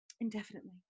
indefinitely